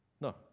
No